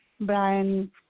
Brian